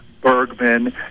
Bergman